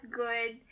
good